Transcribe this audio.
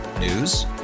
News